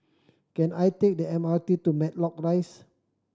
can I take the M R T to Matlock Rise